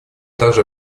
также